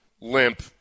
limp